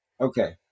Okay